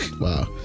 Wow